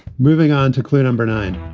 moving on to clear number nine.